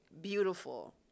beautiful